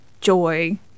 joy